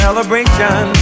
Celebration